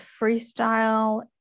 freestyle